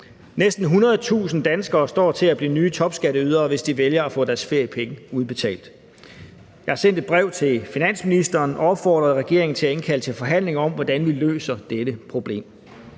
Næsten 100.000 danskere står til at blive nye topskatteydere, hvis de vælger at få deres feriepenge udbetalt. Jeg har sendt et brev til finansministeren og opfordret regeringen til at indkalde til forhandlinger om, hvordan vi løser dette problem.